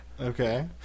Okay